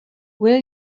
will